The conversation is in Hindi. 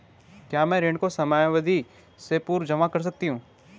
क्या मैं ऋण को समयावधि से पूर्व जमा कर सकती हूँ?